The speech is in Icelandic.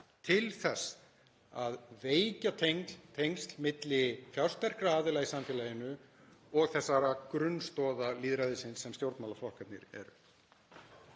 til þess að veikja tengsl milli fjársterkra aðila í samfélaginu og þessara grunnstoða lýðræðisins sem stjórnmálaflokkarnir eru.